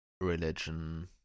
religion